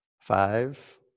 five